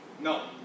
No